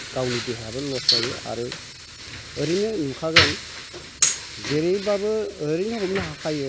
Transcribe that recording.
गावनि देहायाबो लस जायो आरोे ओरैनो नुखागोन जेरैबाबो एरैनो हमनो हाखायो